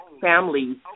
families